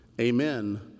Amen